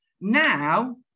now